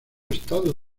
estado